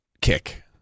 kick